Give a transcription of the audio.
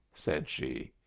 said she.